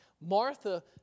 Martha